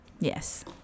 Yes